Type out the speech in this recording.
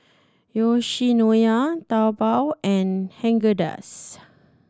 Yoshinoya Taobao and Haagen Dazs